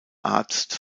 arzt